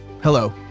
Hello